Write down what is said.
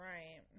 Right